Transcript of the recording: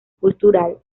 cultural